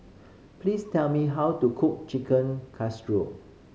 please tell me how to cook Chicken Casserole